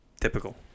typical